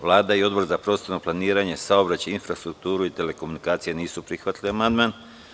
Vlada i Odbor za prostorno planiranje, saobraćaj, infrastrukturu, telekomunikacije nisu prihvatili amandman.